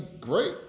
great